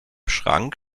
schrank